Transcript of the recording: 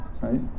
right